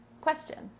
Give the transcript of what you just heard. questions